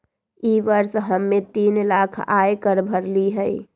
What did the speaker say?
ई वर्ष हम्मे तीन लाख आय कर भरली हई